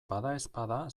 badaezpada